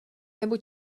nebo